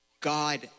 God